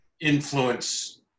influence